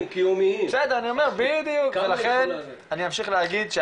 אני אומר ואמשיך להגיד,